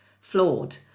flawed